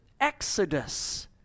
exodus